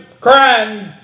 crying